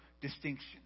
distinction